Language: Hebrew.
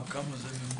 זה נע